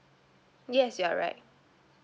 yes you're right